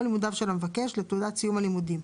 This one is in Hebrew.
לימודיו של המבקש לתעודת סיום הלימודים,